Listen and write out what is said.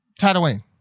Tatooine